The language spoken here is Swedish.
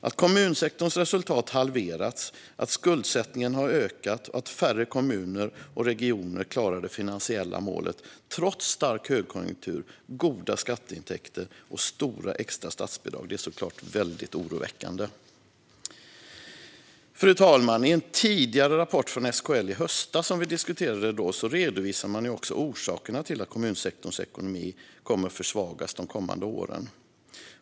Att kommunsektorns resultat har halverats, att skuldsättningen har ökat och att färre kommuner och regioner klarar det finansiella målet trots stark högkonjunktur, goda skatteintäkter och stora extra statsbidrag är givetvis mycket oroväckande. Fru talman! I en tidigare rapport från SKL i höstas, som vi då diskuterade, redovisades också orsakerna till att kommunsektorns ekonomi kommer att försvagas de kommande åren.